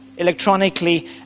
Electronically